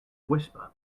whisper